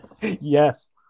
yes